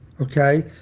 okay